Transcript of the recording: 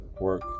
work